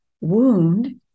wound